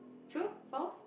true false